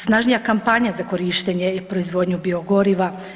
Snažnija kampanja za korištenje i proizvodnju biogoriva.